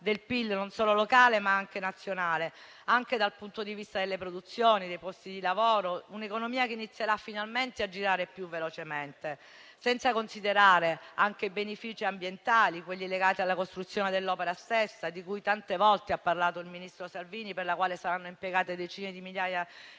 del PIL non solo locale, ma anche nazionale, dal punto di vista delle produzioni e dei posti di lavoro. L'economia inizierà finalmente a girare più velocemente, senza considerare anche i benefici ambientali legati alla costruzione dell'opera stessa, di cui tante volte ha parlato il ministro Salvini; per la sua realizzazione saranno impiegate decine di migliaia di persone